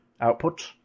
Output